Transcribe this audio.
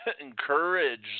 encourage